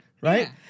Right